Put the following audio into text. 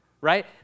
Right